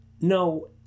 no